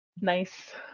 Nice